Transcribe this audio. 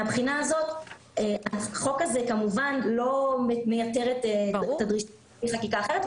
מהבחינה הזאת החוק הזה כמובן לא מייתר את הדרישה לחקיקה אחרת.